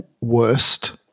worst